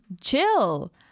chill